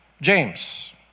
James